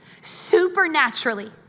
supernaturally